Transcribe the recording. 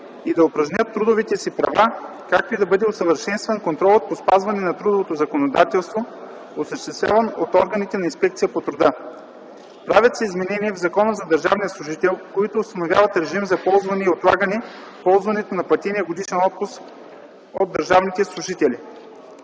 и да упражнят трудовите си права, както и за да бъде усъвършенстван контролът по спазване на трудовото законодателство, осъществяван от органите на Инспекцията по труда. Правят се изменения в Закона за държавния служител, които установяват режим на ползване и отлагане на ползването на платен годишен отпуск на държавните служители.